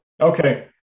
Okay